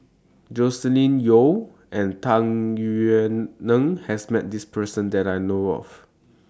Joscelin Yeo and Tung Yue Nang has Met This Person that I know of